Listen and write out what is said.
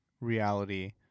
reality